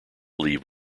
leave